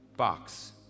Box